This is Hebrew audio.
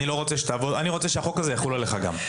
אני רוצה שהחוק הזה יחול גם עליך.